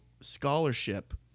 scholarship